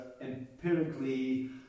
empirically